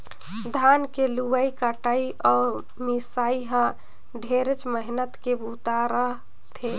धान के लुवई कटई अउ मिंसई ह ढेरे मेहनत के बूता रह थे